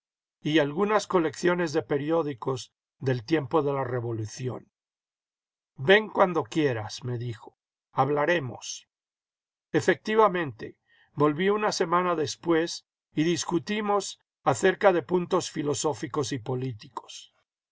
y algunas colecciones de periódicos del tiempo de la revolución ven cuando quieras me dijo hablaremos efectivamente volví una semana después y discutimos acerca de puntos filosóficos y políticos